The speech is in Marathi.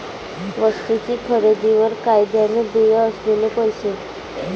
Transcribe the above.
वस्तूंच्या खरेदीवर कायद्याने देय असलेले पैसे